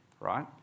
right